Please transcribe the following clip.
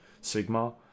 Sigma